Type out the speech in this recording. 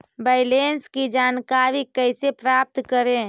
Balance की जानकारी कैसे प्राप्त करे?